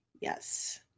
Yes